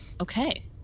Okay